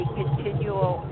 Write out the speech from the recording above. continual